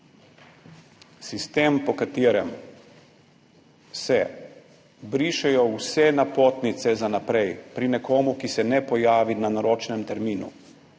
sistem, po katerem se brišejo vse napotnice za naprej, pri nekomu, ki se ne pojavi na naročenem terminu,